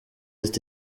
ati